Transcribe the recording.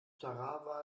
tarawa